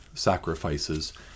Sacrifices